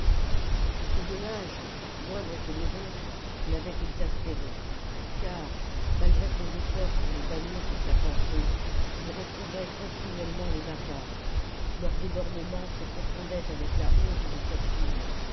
ce dommage moindre que les autres l'avait exaspéré car malgré ses efforts pour les bannir de sa pensée il retrouvait continuellement les barbares leurs débordements se confondaient avec la honte de sa fille